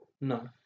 No